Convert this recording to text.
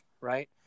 right